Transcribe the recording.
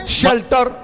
shelter